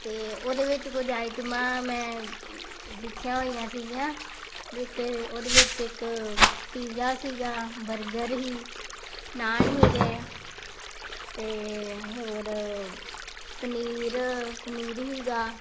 ਅਤੇ ਉਹਦੇ ਵਿੱਚ ਕੁਝ ਆਈਟਮਾਂ ਮੈਂ ਲਿਖੀਆਂ ਹੋਈਆਂ ਸੀਗੀਆਂ ਵਕ ਉਹਦੇ ਵਿੱਚ ਇੱਕ ਪੀਜਾ ਸੀਗਾ ਬਰਗਰ ਸੀ ਨਾਨ ਸੀਗੇ ਅਤੇ ਹੋਰ ਪਨੀਰ ਪਨੀਰ ਸੀਗਾ